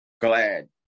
glad